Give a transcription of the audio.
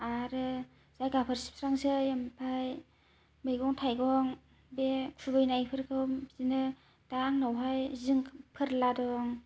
आरो जायगाफोर सिबस्रांसै ओमफाय मैगं थाइगं बे खुबैनाय फोरखौ बिदिनो दा आंनावहाय जिं फोरला दं